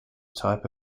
type